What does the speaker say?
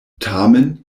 tamen